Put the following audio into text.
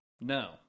no